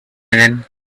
again